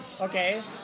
okay